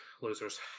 losers